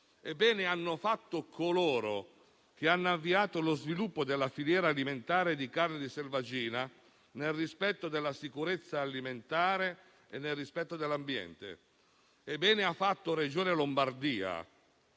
Bene hanno fatto coloro che hanno avviato lo sviluppo della filiera alimentare di carne di selvaggina, nel rispetto della sicurezza alimentare e dell'ambiente, e bene ha fatto la Regione Lombardia